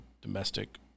domestic